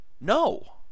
No